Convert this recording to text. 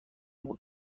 بود